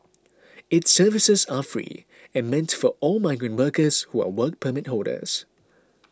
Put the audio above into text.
its services are free and meant for all migrant workers who are Work Permit holders